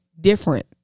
different